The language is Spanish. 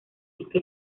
rica